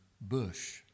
bush